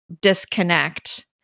disconnect